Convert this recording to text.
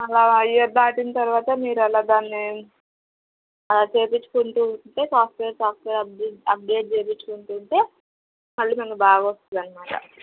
year దాటిన తరువాత మీరు అలా దాన్ని అలా చేపించుకుంటు ఉంటే సాఫ్ట్వేర్ సాఫ్ట్వేర్ అప్డేట్ అప్డేట్ చేపించుకుంటు ఉంటే మళ్ళీ మనకు బాగా వస్తుంది అన్నమాట